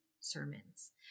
sermons